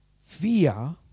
fear